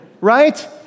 right